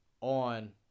on